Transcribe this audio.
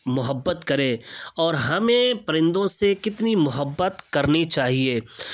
محبت کریں اور ہمیں پرندوں سے کتنی محبت کرنی چاہیے